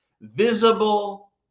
visible